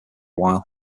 while